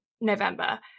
November